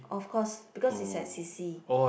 of cause because it's at C_C